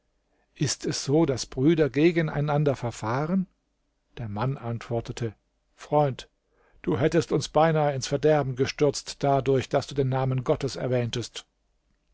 ist es so daß brüder gegeneinander verfahren der mann antwortete freund du hättest uns beinahe ins verderben gestürzt dadurch daß du den namen gottes erwähntest